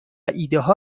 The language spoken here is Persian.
ایدهها